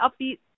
upbeat